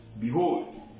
Behold